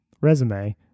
resume